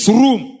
room